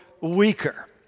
weaker